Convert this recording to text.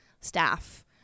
staff